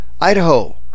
Idaho